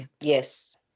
Yes